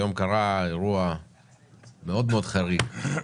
היום קרה אירוע מאוד מאוד חריג,